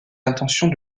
intentions